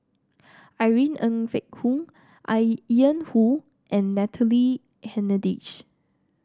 Irene Ng Phek Hoong I Ian Woo and Natalie Hennedige